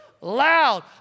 loud